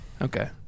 Okay